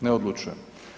Ne odlučujem.